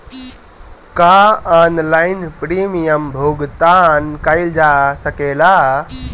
का online premium भुगतान कईल जा सकेला?